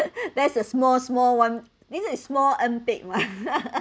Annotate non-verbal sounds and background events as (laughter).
(laughs) there's a small small one this is small earn paid mah (laughs)